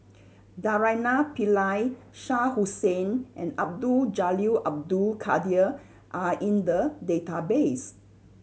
Naraina Pillai Shah Hussain and Abdul Jalil Abdul Kadir are in the database